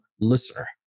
listener